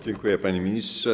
Dziękuję, panie ministrze.